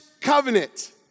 covenant